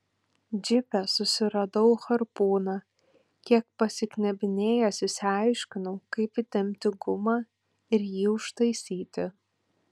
džipe susiradau harpūną kiek pasiknebinėjęs išsiaiškinau kaip įtempti gumą ir jį užtaisyti